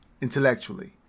intellectually